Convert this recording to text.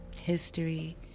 history